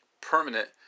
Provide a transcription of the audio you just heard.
permanent